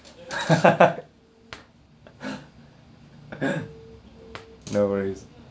no worries